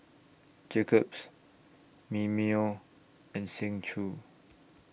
Jacob's Mimeo and Seng Choon